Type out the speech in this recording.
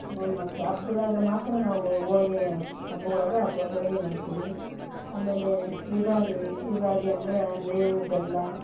ಮತ್ತು ಹಬ್ದಾಗ ಮಾತ್ರ ನಾವು ಹೋಳ್ಗೆ ಹಬ್ಬಗಳಾಗ ಹಬ್ಬ ಹೋಳ್ಗೆ ಮಾಡ್ತೀವಿ ಆಮೇಲೆ ಯುಗಾದಿ ಯುಗಾದಿ ಅಂದರೆ ಬೇವು ಬೆಲ್ಲ